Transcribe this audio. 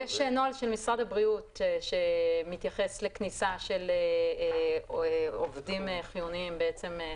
יש נוהל של משרד הבריאות שמתייחס לכניסה של עובדים חיוניים לדירות.